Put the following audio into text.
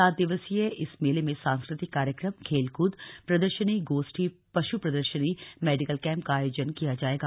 सात दिवसीय इस मेले में सांस्कृतिक कार्यक्रम खेल कूद प्रदर्शनी गोष्ठी पशु प्रदर्शनी मेडिकल कैंप का आयोजन किया जाएगा